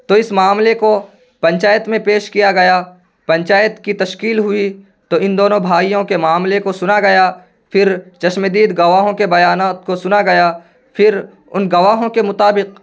تو اس معاملے کو پنچایت میں پیش کیا گیا پنچایت کی تشکیل ہوئی تو ان دونوں بھائیوں کے معاملے کو سنا گیا پھر چشم دید گواہوں کے بیانات کو سنا گیا پھر ان گواہوں کے مطابق